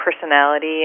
personality